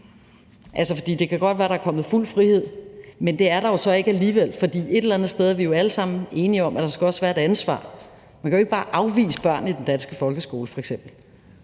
hegnspæle. Det kan godt være, der er kommet fuld frihed, men det er der jo så ikke alligevel, for et eller andet sted er vi jo alle sammen enige om, at der også skal være et ansvar. Man kan jo ikke bare f.eks. afvise børn i den danske folkeskole. Det duer